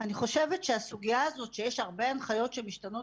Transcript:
אני חושבת שהסוגיה הזאת שיש הרבה הנחיות שמשתנות